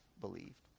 believed